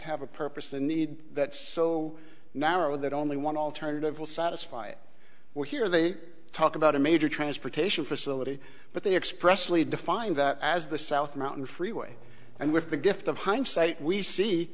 have a purpose a need that's so narrow that only one alternative will satisfy it well here they talk about a major transportation facility but they expressly define that as the south mountain freeway and with the gift of hindsight we see